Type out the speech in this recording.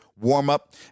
warm-up